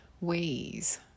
ways